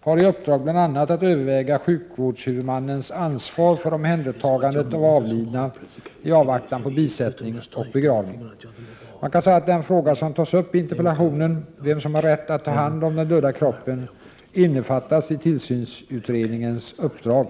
har i uppdrag bl.a. att överväga sjukvårdshuvudmannens ansvar för omhändertagandet av avlidna i avvaktan på bisättning och begravning. Man kan säga att den fråga som tas upp i interpellationen — vem som har rätt att ta hand om den döda kroppen — innefattas i tillsynsutredningens uppdrag.